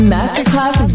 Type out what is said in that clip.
Masterclass